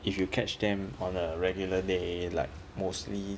if you catch them on a regular day like mostly